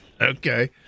Okay